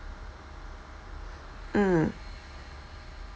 mm